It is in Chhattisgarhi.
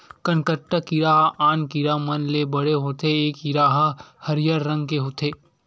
कनकट्टा कीरा ह आन कीरा मन ले बड़े होथे ए कीरा ह हरियर रंग के होथे